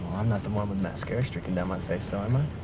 i'm not the one with mascara streaking down my face, though, am i?